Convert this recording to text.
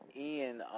Ian